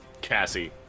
Cassie